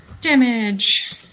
Damage